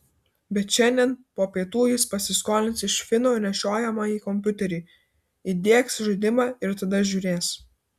bet šiandien po pietų jis pasiskolins iš fino nešiojamąjį kompiuterį įdiegs žaidimą ir tada žiūrės